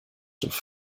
have